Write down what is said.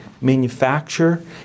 manufacture